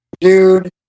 Dude